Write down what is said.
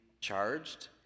charged